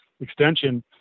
extension